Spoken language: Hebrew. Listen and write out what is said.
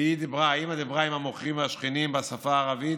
ואימא דיברה עם המוכרים והשכנים בשפה הערבית,